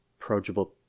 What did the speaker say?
approachable